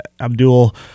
Abdul